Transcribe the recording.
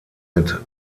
mit